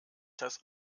das